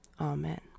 Amen